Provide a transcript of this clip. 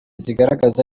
zigaragaza